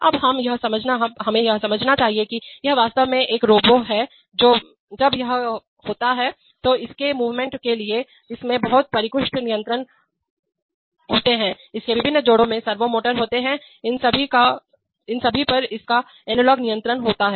अब हमें यह समझना चाहिए कि यह वास्तव में एक रोबो है जब यह होता है तो इसके मूवमेंट के लिए इसमें बहुत परिष्कृत नियंत्रण होते हैं इसके विभिन्न जोड़ों में सर्वो मोटर्स होते हैं इन सभी पर इसका एनालॉग नियंत्रण होता है